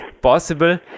possible